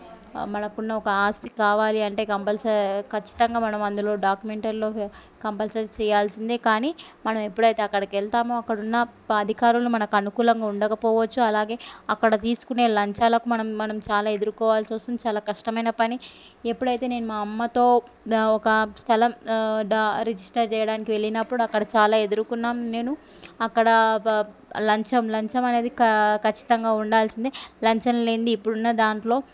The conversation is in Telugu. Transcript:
మనకు ఉన్న ఒక ఆస్తి కావాలి అంటే కంపల్సరీ ఖచ్చితంగా మనం అందులో డాక్యుమెంటల్లో కంపల్సరీ చేయాల్సిందే కానీ మనం ఎప్పుడైతే అక్కడికి వెళ్తామో అక్కడున్న అధికారులు మనకు అనుకూలంగా ఉండకపోవచ్చు అలాగే అక్కడ తీసుకునే లంచాలకు మనం మనం చాలా ఎదుర్కోవాల్సి వస్తుంది చాలా కష్టమైన పని ఎప్పుడైతే నేను మా అమ్మతో ఒక స్థలం డా రిజిస్టర్ చేయడానికి వెళ్ళినప్పుడు అక్కడ చాలా ఎదుర్కొన్నాను నేను అక్కడ లంచం లంచం అనేది కా ఖచ్చితంగా ఉండాల్సిందే లంచం లేనిదే ఇప్పుడున్న దాంట్లో